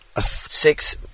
six